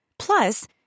Plus